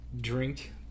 drink